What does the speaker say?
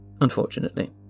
unfortunately